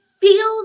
feels